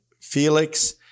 Felix